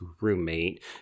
roommate